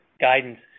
guidance